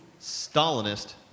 Stalinist